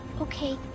Okay